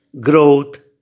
growth